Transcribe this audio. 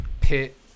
pit